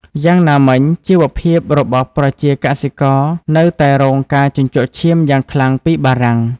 យ៉ាងណាមិញ ជីវភាពរបស់ប្រជាកសិករនៅតែរងការជញ្ជក់ឈាមយ៉ាងខ្លាំងពីបារាំង។